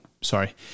sorry